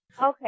Okay